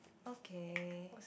okay